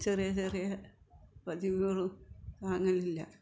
ചെറിയ ചെറിയ പതിവുകളും വാങ്ങലില്ല